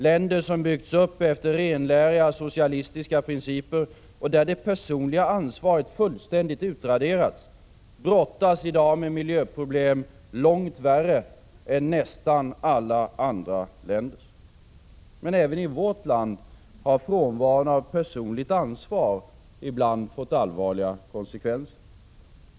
Länder som byggts upp efter renläriga socialistiska principer, och där det personliga ansvaret fullständigt utraderats, brottas i dag med miljöproblem långt värre än nästan alla andra länders. 2 Men även i vårt land har frånvaron av personligt ansvar ibland fått allvarliga konsekvenser.